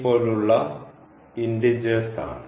പോലുള്ള ഇന്റിജേഴ്സ് ആണ്